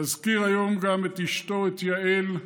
נזכיר היום גם את אשתו, את יעל,